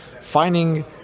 Finding